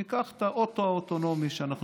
ניקח את האוטו האוטונומי שאנחנו